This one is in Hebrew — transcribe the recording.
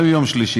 גם ביום שלישי,